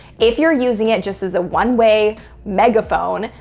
if you're using it just as a one way megaphone,